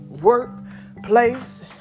workplace